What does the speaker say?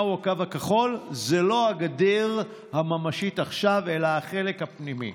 הקו הכחול זה לא הגדר הממשית עכשיו אלא החלק הפנימי,